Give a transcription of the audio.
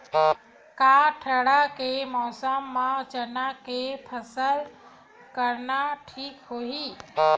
का ठंडा के मौसम म चना के फसल करना ठीक होही?